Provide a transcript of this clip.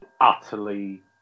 utterly